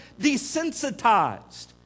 desensitized